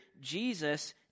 Jesus